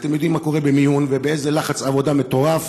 ואתם יודעים מה קורה במיון ובאיזה לחץ עבודה מטורף